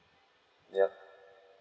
ya